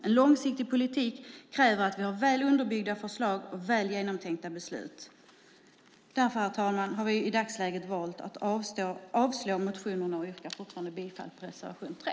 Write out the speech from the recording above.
En långsiktig politik kräver att vi har väl underbyggda förslag och väl genomtänkta beslut. Därför, herr talman, har vi i dagsläget valt att avstyrka motionerna, och jag yrkar fortfarande bifall till reservation 3.